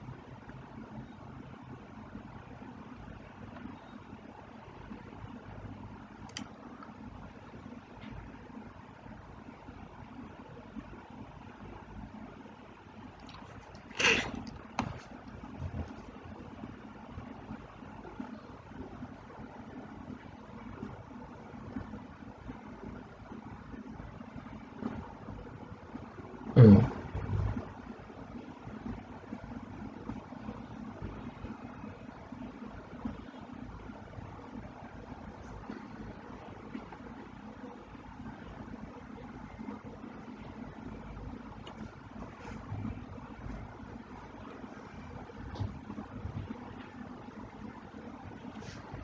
mm